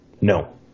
No